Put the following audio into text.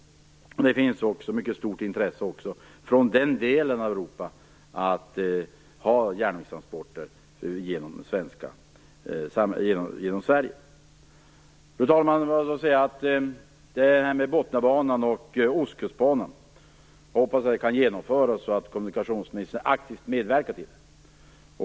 Det finns också ett mycket stort intresse från den delen av Europa att förlägga järnvägstransporter genom Sverige. Fru talman! Jag hoppas att kommunikationsministern aktivt medverkar till att Botniabanan och Ostkustbanan kan genomföras.